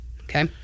Okay